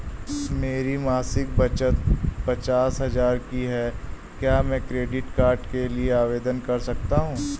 मेरी मासिक बचत पचास हजार की है क्या मैं क्रेडिट कार्ड के लिए आवेदन कर सकता हूँ?